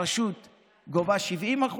הרשות גובה 70%,